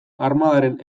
armadaren